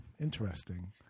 interesting